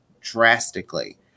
drastically